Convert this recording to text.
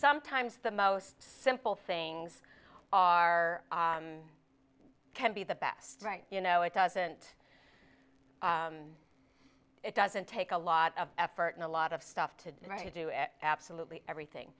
sometimes the most simple things are can be the best right you know it doesn't it doesn't take a lot of effort in a lot of stuff to do absolutely everything